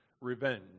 revenge